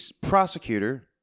prosecutor